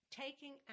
taking